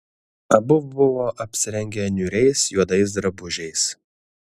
abu buvo apsirengę niūriais juodais drabužiais